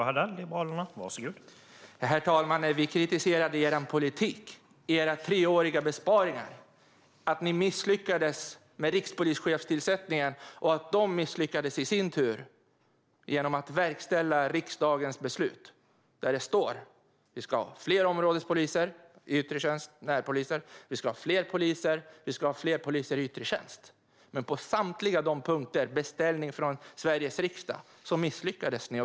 Herr talman! Vi kritiserade er politik och era treåriga besparingar. Vi kritiserade att ni misslyckades med rikspolischefstillsättningen och att polisen i sin tur misslyckades med att verkställa riksdagens beslut, där det står att vi ska ha fler områdespoliser och närpoliser liksom fler poliser i yttre tjänst. På samtliga de punkterna, denna beställning från Sveriges riksdag, misslyckades ni.